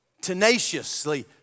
Tenaciously